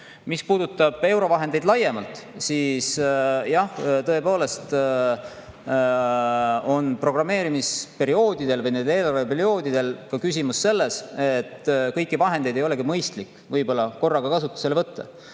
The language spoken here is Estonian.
puudutab eurovahendeid laiemalt, siis tõepoolest on programmeerimisperioodidel või nendel eelarveperioodidel ka küsimus selles, et kõiki vahendeid ei olegi mõistlik võib-olla korraga kasutusele võtta.